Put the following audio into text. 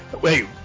Wait